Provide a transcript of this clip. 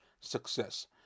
success